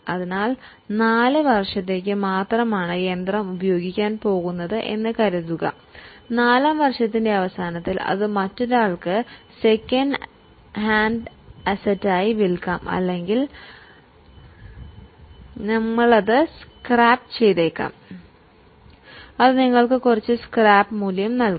നമ്മൾ 4 വർഷത്തേക്ക് മാത്രമാണ് യന്ത്രം ഉപയോഗിക്കാൻ പോകുന്നത് എന്ന് കരുതുക നാലാം വർഷത്തിന്റെ അവസാനത്തിൽ അത് മറ്റൊരാൾക്ക് സെക്കൻഡ് ഹാൻഡ് അസറ്റായി വിൽക്കാം അല്ലെങ്കിൽ ആക്രി ആക്കിയേക്കാം അതിൽ നിന്നും കുറച്ചു ആക്രി തുക ലഭിക്കും